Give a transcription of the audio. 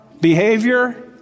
behavior